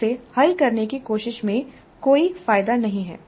इसे हल करने की कोशिश में कोई फायदा नहीं है